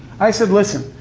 i said, listen,